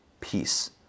peace